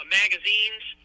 magazines